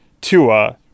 Tua